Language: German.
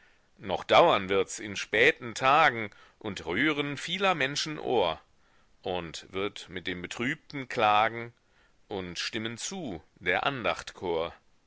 noch dauern wirds in späten tagen und rühren vieler menschen ohr und wird mit dem betrübten klagen und stimmen zu der andacht chor